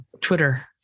Twitter